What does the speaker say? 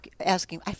asking